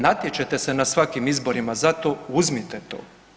Natječe se na svakim izborima zato uzmite to.